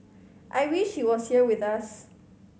I wish he was here with us